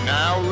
now